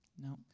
No